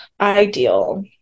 ideal